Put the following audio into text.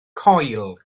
coil